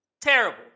Terrible